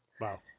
Wow